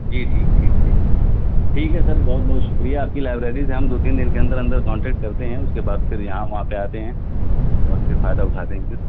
جی ٹھیک ٹھیک ٹھیک ٹھیک ہے سر بہت بہت شکریہ آپ کی لائبریری سے ہم دو تین دن کے اندر اندر کانٹیکٹ کرتے ہیں اس کے بعد پھر یہاں وہاں پہ آتے ہیں اور پھر فائدہ اٹھاتے ہیں پھر